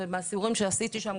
ומהסיורים שעשית שם,